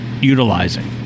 utilizing